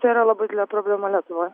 čia yra labai didelė problema lietuvoj